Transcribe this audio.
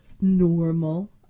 normal